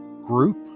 group